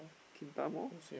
mall